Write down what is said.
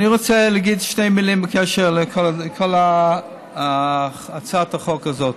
אני רוצה להגיד שתי מילים בקשר לכל הצעת החוק הזאת.